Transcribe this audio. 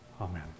Amen